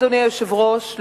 אדוני היושב-ראש,